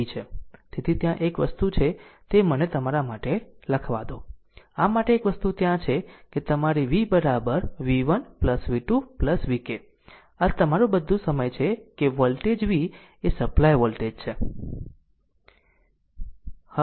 તેથી ત્યાં એક વસ્તુ છે તે મને તમારા માટે લખવા દો આ માટે એક વસ્તુ ત્યાં છે કે તમારી v v1 v2 vk આ તમારું બધુ સમય છે કે વોલ્ટેજ v એ સપ્લાય વોલ્ટેજ v છે